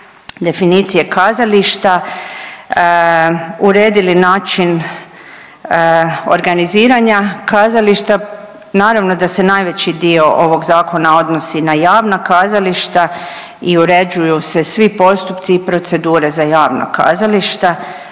definicije kazališta, uredili način organiziranja kazališta, naravno da se najveći dio ovog Zakona odnosi na javna kazališta i uređuju se svi postupci i procedure za javna kazališta,